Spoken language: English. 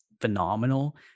phenomenal